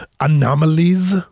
anomalies